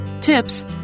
tips